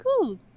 cool